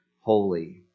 holy